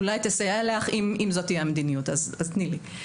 אולי תסייע לך, אם זאת תהיה המדיניות, אז תני לי.